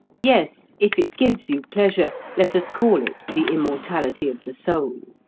yes, if it gives you pleasure, let us call it the immortality of the soul.